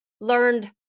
learned